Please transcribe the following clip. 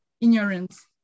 ignorance